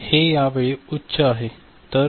तर हे यावेळी उच्च आहे